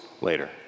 later